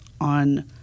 on